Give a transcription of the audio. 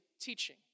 teaching